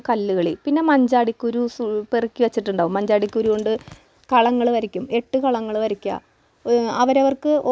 ആ അത് ശർക്കരയും തേങ്ങയും അരിയൊക്കെ വച്ചിട്ടുള്ളൊരു വിഭവമാണ് അത് എല്ലാ നാട്ടിലും ഉണ്ടോ എന്നെനിക്കറിയില്ല